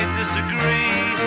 disagree